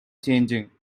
changing